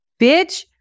bitch